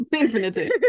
Infinity